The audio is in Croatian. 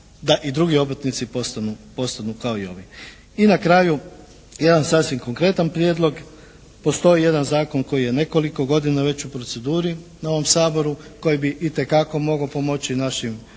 da i drugi obrtnici postanu kao i ovi. I na kraju jedan sasvim konkretan prijedlog. Postoji jedan zakon koji je nekoliko godina već u proceduri na ovom Saboru. Koji bi itekako mogao pomoći našim vinogradarima,